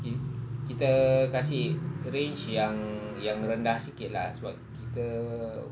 kit~ kita kasi arrange yang yang rendah sikit lah sebab kita